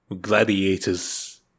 gladiators